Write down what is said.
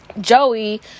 Joey